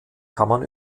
kammern